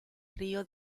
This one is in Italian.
rio